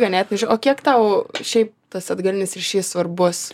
ganėtinai o kiek tau šiaip tas atgalinis ryšys svarbus